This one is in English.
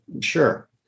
sure